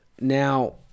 Now